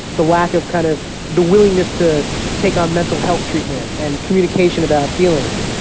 the lack of kind of the willingness to take on mental health treatment and communication about feelings.